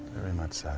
very much